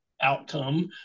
outcome